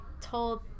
told